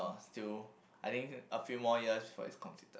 still I think a few more years before it's completed